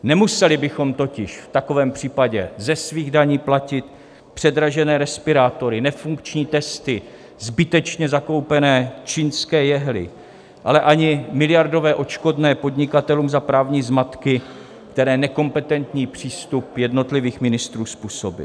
Nemuseli bychom totiž v takovém případě ze svých daní platit předražené respirátory, nefunkční testy, zbytečně zakoupené čínské jehly, ale ani miliardové odškodné podnikatelům za právní zmatky, které nekompetentní přístup jednotlivých ministrů způsobil